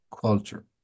culture